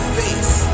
face